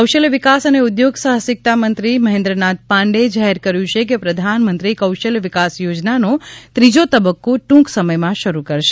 કૌશલ્ય વિકાસ અને ઉદ્યોગ સાહસિકતા મંત્રી મહેન્દ્રનાથ પાંડેએ જાહેર કર્યું છે કે પ્રધાનમંત્રી કૌશલ વિકાસ યોજનાનો ત્રીજો તબક્કો ટૂંક સમયમાં શરૂ કરશે